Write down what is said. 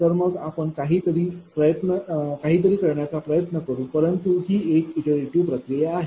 तर मग आपण काहीतरी करण्याचा प्रयत्न करू परंतु ही एक इटरेटिव प्रक्रिया आहे